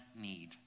need